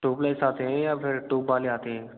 tubeless आते हैं या फिर ट्यूब वाले आते हैं